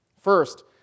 First